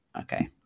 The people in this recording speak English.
okay